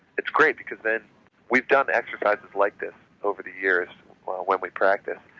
it's great because then we've done exercises like this over the years when we practiced.